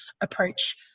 approach